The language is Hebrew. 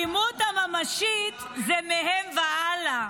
האלימות הממשית זה מהם והלאה.